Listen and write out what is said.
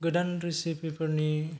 गोदान रेसिपि फोरनि